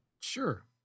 sure